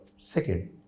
Second